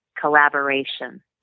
Collaboration